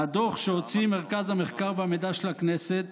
מהדוח שהוציא מרכז המחקר והמידע של הכנסת